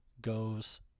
goes